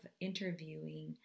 interviewing